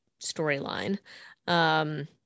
storyline